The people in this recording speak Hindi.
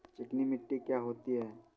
चिकनी मिट्टी क्या होती है?